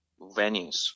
venues